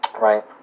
Right